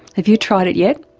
have you tried it yet?